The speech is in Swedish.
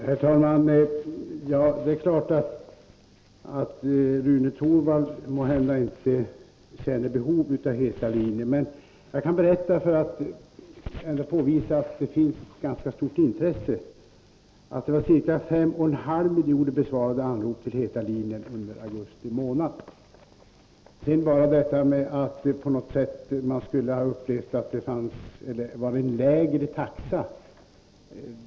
Herr talman! Rune Torwald känner måhända inte behov av att utnyttja ”heta linjen” , men för att påvisa att det finns ett ganska stort intresse för den kan jag berätta att det var ca 5,5 miljoner besvarade anrop till ”heta linjen” under augusti månad. Man skulle enligt Rune Torwald ha trott att det i det här fallet tillämpades en lägre taxa.